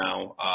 now